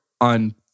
on